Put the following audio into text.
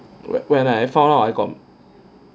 when when I found out I got